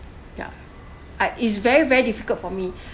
yeah ah it's very very difficult for me